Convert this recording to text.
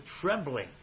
trembling